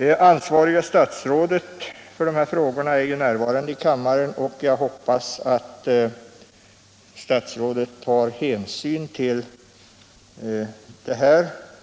Det ansvariga statsrådet för dessa frågor är ju närvarande i kammaren, och jag hoppas att statsrådet tar hänsyn till